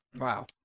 wow